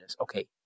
okay